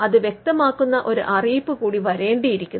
അത് വ്യക്തമാക്കുന്ന ഒരു അറിയിപ്പ് കൂടി വരേണ്ടിയിരിക്കുന്നു